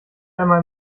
einmal